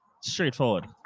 straightforward